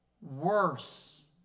worse